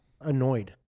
annoyed